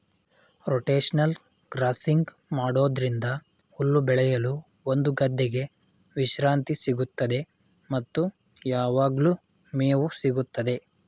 rotational grazing ಮಾಡೋದ್ರಿಂದ ಹುಲ್ಲು ಬೆಳೆಯಲು ಒಂದು ಗದ್ದೆಗೆ ವಿಶ್ರಾಂತಿ ಸಿಗುತ್ತದೆ ಮತ್ತು ಯಾವಗ್ಲು ಮೇವು ಸಿಗುತ್ತದೆ